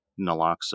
naloxone